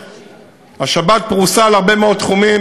השבת פרוסה על הרבה מאוד תחומים,